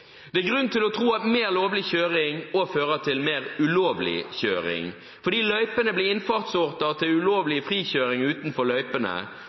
Det er grunn til å tro at mer lovlig kjøring også fører til mer ulovlig kjøring, fordi løypene blir innfallsporter til ulovlig frikjøring utenfor løypene.